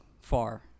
far